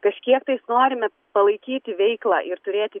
kažkiek tais norime palaikyti veiklą ir turėti